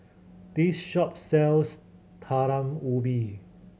this shop sells Talam Ubi